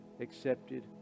accepted